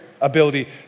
ability